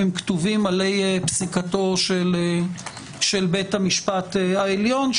הם כתובים עלי פסיקתו של בית המשפט העליון,